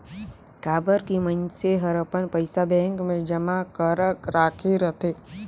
काबर की मइनसे हर अपन पइसा बेंक मे जमा करक राखे रथे